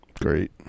Great